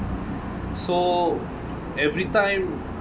so everytime